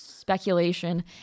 speculation